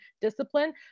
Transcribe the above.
discipline